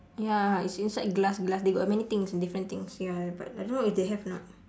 ya it's inside glass glass they got many things different things ya but I don't know if they have or not